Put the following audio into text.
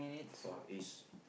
Far East